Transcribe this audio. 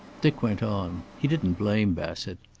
dick went on. he didn't blame bassett.